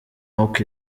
oak